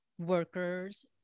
workers